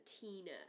Tina